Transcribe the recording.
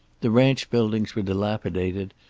the ranch buildings were dilapidated,